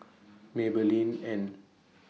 Maybelline and